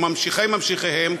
ממשיכיהם או ממשיכי ממשיכיהם,